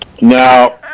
Now